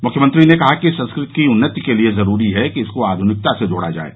मुख्यमंत्री ने कहा कि संस्कृत की उन्नति के लिए जरूरी है कि इसको आध्निकता से जोड़ा जाये